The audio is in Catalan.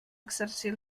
exercir